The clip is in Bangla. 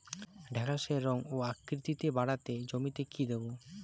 ঢেঁড়সের রং ও আকৃতিতে বাড়াতে জমিতে কি দেবো?